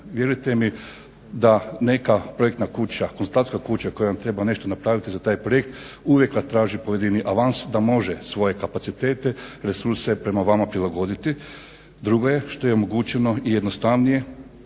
Vjerujte mi da neka projektna kuća, … kuća koja vam treba nešto napraviti za taj projekt uvijek vas traži pojedini avans da može svoje kapacitete, resurse prema vama prilagoditi. Drugo je što je omogućeno i jednostavnije